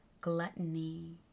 gluttony